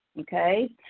okay